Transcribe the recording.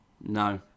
No